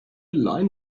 line